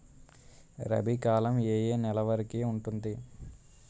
రబీ కాలం ఏ ఏ నెల వరికి ఉంటుంది?